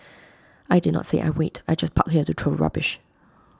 I did not say I wait I just park here to throw rubbish